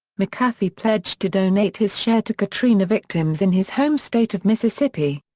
mcafee pledged to donate his share to katrina victims in his home state of mississippi.